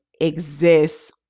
exists